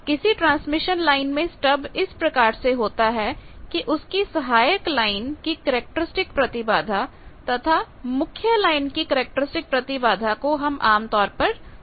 किसी transmission line में stub इस प्रकार से होता है कि उसकी सहायक लाइन की कैरेक्टरिस्टिक प्रतिबाधा तथा मुख्य लाइन की कैरेक्टरिस्टिक प्रतिबाधा को आमतौर पर सामान लिया जाता है